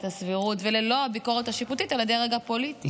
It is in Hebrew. הסבירות וללא הביקורת השיפוטית על הדרג הפוליטי.